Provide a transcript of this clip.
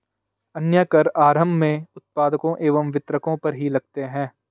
अन्य कर आरम्भ में उत्पादकों एवं वितरकों पर ही लगते हैं